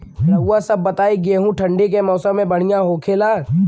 रउआ सभ बताई गेहूँ ठंडी के मौसम में बढ़ियां होखेला?